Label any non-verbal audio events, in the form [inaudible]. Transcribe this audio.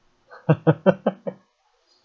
[laughs]